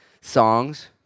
songs